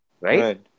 Right